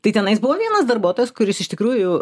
tai tenais buvo vienas darbuotojas kuris iš tikrųjų